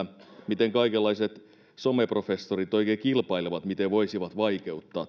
miten kaikenlaiset someprofessorit oikein kilpailevat siitä miten voisivat vaikeuttaa tämän